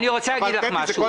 אני רוצה להגיד לך משהו.